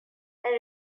and